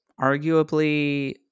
arguably